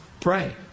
pray